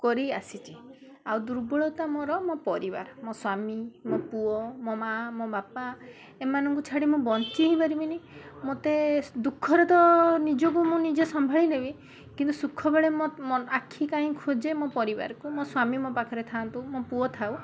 କରି ଆସିଛି ଆଉ ଦୁର୍ବଳତା ମୋର ମୋ ପରିବାର ମୋ ସ୍ୱାମୀ ମୋ ପୁଅ ମୋ ମା' ମୋ ବାପା ଏମାନଙ୍କୁ ଛାଡ଼ି ମୁଁ ବଞ୍ଚି ହିଁ ପାରିବିନି ମୋତେ ଦୁଃଖରେ ତ ନିଜକୁ ମୁଁ ନିଜେ ସମ୍ଭାଳି ନେବି କିନ୍ତୁ ସୁଖ ବେଳେ ମୋ ଆଖି କାହିଁ ଖୋଜେ ମୋ ପରିବାରକୁ ମୋ ସ୍ୱାମୀ ମୋ ପାଖରେ ଥାଆନ୍ତୁ ମୋ ପୁଅ ଥାଉ